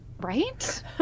right